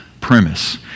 premise